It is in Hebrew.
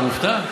אתה מופתע?